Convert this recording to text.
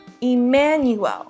Emmanuel